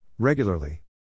Regularly